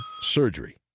surgery